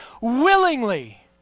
Willingly